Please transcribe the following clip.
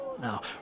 Now